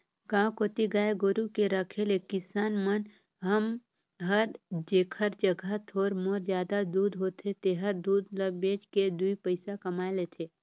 गांव कोती गाय गोरु के रखे ले किसान मन हर जेखर जघा थोर मोर जादा दूद होथे तेहर दूद ल बेच के दुइ पइसा कमाए लेथे